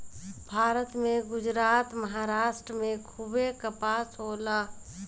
भारत में गुजरात, महाराष्ट्र में खूबे कपास होला